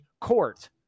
court